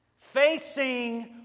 facing